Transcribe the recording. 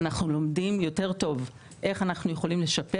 אנחנו לומדים יותר טוב איך אנחנו יכולים לשפר